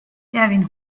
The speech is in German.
erwin